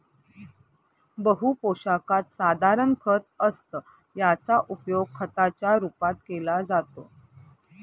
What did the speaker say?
बहु पोशाखात साधारण खत असतं याचा उपयोग खताच्या रूपात केला जातो